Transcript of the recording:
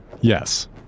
Yes